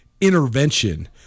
intervention